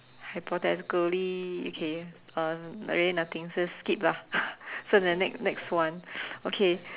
hypothetically okay uh really nothing just skip lah so the next next one okay